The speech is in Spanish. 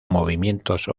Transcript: movimientos